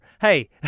Hey